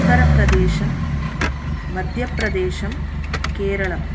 उत्तरप्रदेशं मध्यप्रदेशं केरलम्